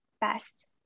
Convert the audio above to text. best